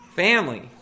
family